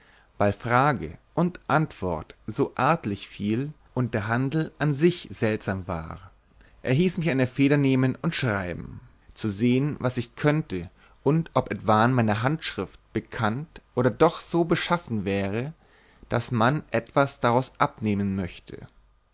weil frage und antwort so artlich fiel und der handel an sich selbst seltsam war er hieß mich eine feder nehmen und schreiben zu sehen was ich könnte und ob etwan meine handschrift bekannt oder doch so beschaffen wäre daß man etwas daraus abnehmen möchte